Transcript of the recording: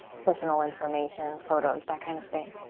personal information, photos, that kind of thing.